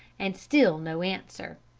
and still no answer.